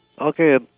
Okay